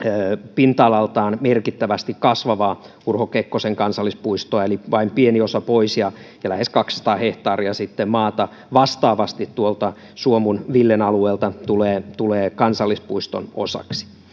pinta alaltaan merkittävästi kasvavaa urho kekkosen kansallispuistoa eli vain pieni osa pois ja ja lähes kaksisataa hehtaaria maata vastaavasti sitten tuolta suomun villen alueelta tulee tulee kansallispuiston osaksi